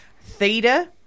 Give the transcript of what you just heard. Theta